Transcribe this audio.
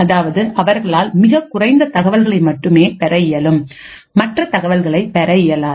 அதாவது அவர்களால் மிகக்குறைந்த தகவல்களை மட்டுமே பெற இயலும் மற்ற தகவல்களை பெற இயலாது